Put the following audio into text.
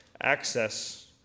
access